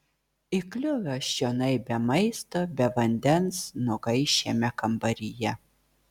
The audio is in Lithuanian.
įkliuvęs čionai be maisto be vandens nugaiš šiame kambaryje